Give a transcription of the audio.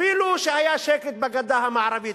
אפילו שהיה שקט בגדה המערבית,